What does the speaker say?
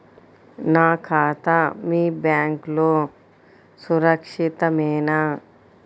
నా ఖాతా మీ బ్యాంక్లో సురక్షితమేనా?